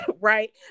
Right